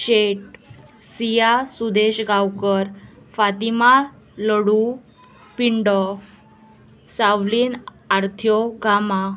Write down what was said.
Shet Siya Sudesh Gaonkar Fatima Ladu Pindo Savlin Arthyo Gama